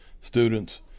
students